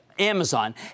Amazon